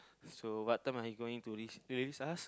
so what time are you going to re~ release us